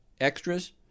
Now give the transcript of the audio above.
extras